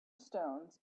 stones